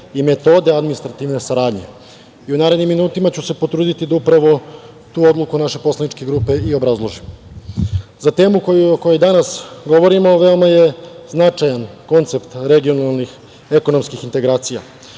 i metode administrativne saradnje i u narednim minutima ću se potruditi da prvo tu odluku naše poslaničke grupe i obrazložim.Za temu o kojoj danas govorimo veoma je značajan koncept regionalnih ekonomskih integracija